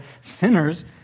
sinners